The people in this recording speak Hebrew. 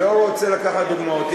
אני לא רוצה לקחת דוגמאות.